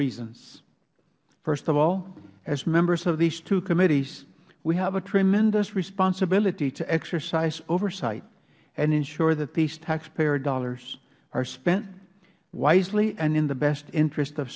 reasons first of all as members of these two committees we have a tremendous responsibility to exercise oversight and ensure that these taxpayer dollars are spent wisely and in the best interest of